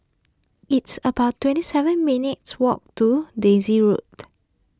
it's about twenty seven minutes' walk to Daisy Road